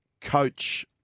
coach